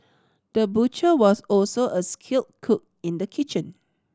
the butcher was also a skilled cook in the kitchen